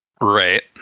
right